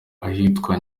ahitwa